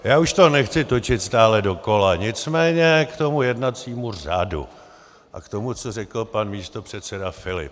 Já už to nechci točit stále dokola, nicméně k jednacímu řádu a k tomu, co řekl pan místopředseda Filip.